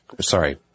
Sorry